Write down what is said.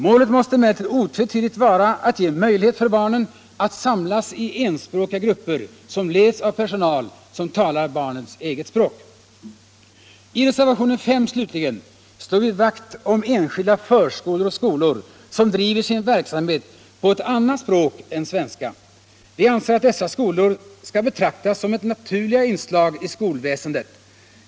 Målet måste emellertid otvetydigt vara att ge möjlighet för barnen att samlas i enspråkiga grupper som leds av personal som talar barnens eget språk. I reservationen 5 slutligen slår vi vakt om enskilda förskolor och skolor som driver sin verksamhet på ett annat språk än svenska. Vi anser att dessa skall betraktas som naturliga inslag i skolväsendet.